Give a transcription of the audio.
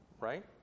right